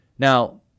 Now